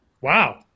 Wow